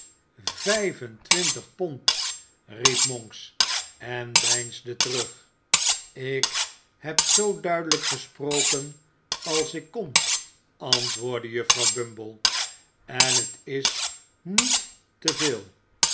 twintig pond riep monks en deinsde terug ik heb zoo duidelijk gesproken als ik kon antwoordde juffrouw bumble en het is niet te veel